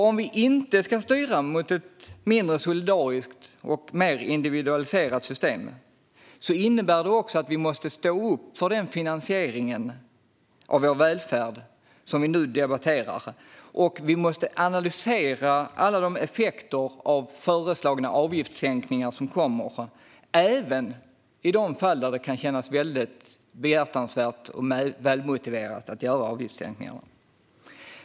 Om vi inte ska styra mot ett mindre solidariskt och mer individualiserat system innebär det också att vi måste stå upp för den finansiering av vår välfärd som vi nu debatterar. Vi måste analysera alla effekter av föreslagna avgiftssänkningar, även i de fall där det kan kännas behjärtansvärt och välmotiverat med avgiftssänkningar.